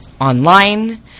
online